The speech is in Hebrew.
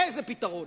איזה פתרון?